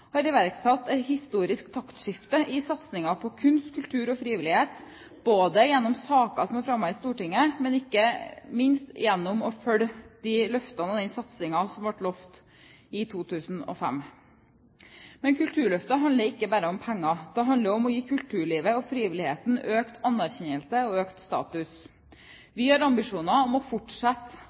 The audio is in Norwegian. har iverksatt et historisk taktskifte i satsingen på kunst, kultur og frivillighet, både gjennom sakene som er fremmet i Stortinget, og ikke minst gjennom å følge opp løftene og satsingen som ble lovt i 2005. Men Kulturløftet handler ikke bare om penger. Det handler om å gi kulturlivet og frivilligheten økt anerkjennelse og økt status. Vi har ambisjoner om å fortsette